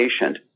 patient